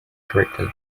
correctly